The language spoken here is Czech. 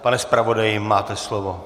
Pane zpravodaji, máte slovo.